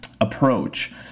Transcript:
approach